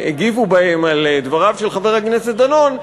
שהגיבו בהם על דבריו של חבר הכנסת דנון,